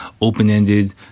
open-ended